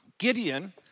Gideon